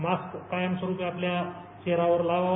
mask कायम स्वरूपी आपल्या चेहऱ्यावर लावावा